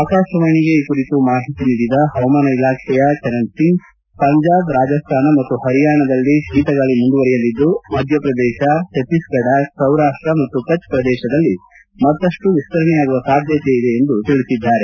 ಆಕಾಶವಾಣಿಗೆ ಈ ಕುರಿತು ಮಾಹಿತಿ ನೀಡದ ಹವಾಮಾನ ಇಲಾಖೆಯ ಚರಣ್ ಸಿಂಗ್ ಪಂಜಾಬ್ ರಾಜಸ್ಥಾನ ಮತ್ತು ಹರಿಯಾಣದಲ್ಲಿ ಶೀತಗಾಳಿ ಮುಂದುವರೆಯಲಿದ್ದು ಮಧ್ಯಪ್ರದೇತ ಛತ್ತೀಸ್ಗಡ ಸೌರಾಷ್ಷ ಮತ್ತು ಕಜ್ ಪ್ರದೇಶದಲ್ಲಿ ಮತ್ತಷ್ಟು ವಿಸ್ತರಣೆಯಾಗುವ ಸಾಧ್ಯತೆ ಇದೆ ಎಂದು ತಿಳಿಸಿದ್ದಾರೆ